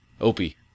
Opie